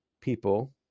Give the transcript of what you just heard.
people